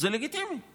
זה לגיטימי;